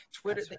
Twitter